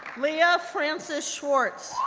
leah frances schwartz,